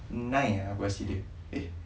nine ah aku kasi dia eh